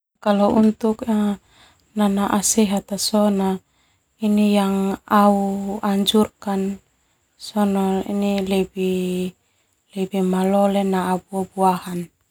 Nanaa sehat sona au anjurkan sona lebih malole naa buah-buahan.